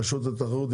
רשות התחרות,